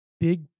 big